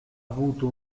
avuto